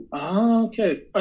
Okay